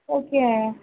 okay